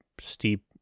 steep